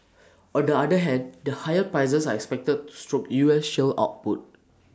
on the other hand the higher prices are expected stoke U S shale output